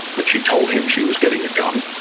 but she told him she was getting a gun.